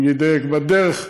אני אדייק בדרך.